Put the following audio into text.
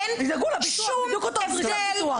אין שום הבדל,